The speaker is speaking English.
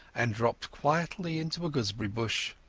and dropped quietly into a gooseberry bush.